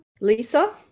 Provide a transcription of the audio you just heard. Lisa